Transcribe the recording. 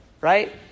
Right